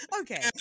okay